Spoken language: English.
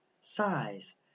Size